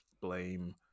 blame